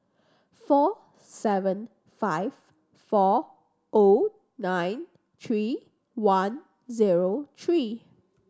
four seven five four O nine three one zero three